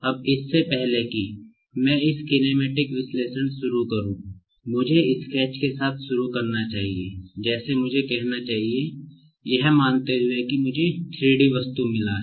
अब इससे पहले कि मैं इस किनेमैटिक विश्लेषण से शुरू करूं मुझे स्केच के साथ शुरू करना चाहिए जैसे मुझे कहना चाहिए यह मानते हुए कि मुझे 3 D वस्तु मिला है